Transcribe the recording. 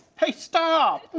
hey stop!